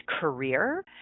career